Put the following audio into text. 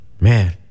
Man